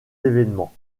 événements